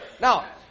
Now